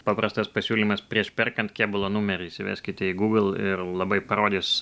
paprastas pasiūlymas prieš perkant kėbulo numerį įsiveskite į google ir labai parodys